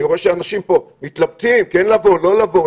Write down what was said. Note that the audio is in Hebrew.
אני רואה שאנשים פה מתלבטים כן לבוא, לא לבוא.